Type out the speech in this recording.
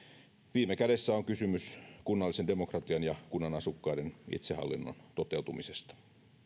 viime kädessä on kysymys kunnallisen demokratian ja kunnan asukkaiden itsehallinnon toteutumisesta